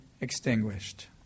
extinguished